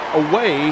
away